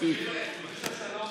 הוא איש השלום שלנו.